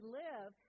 live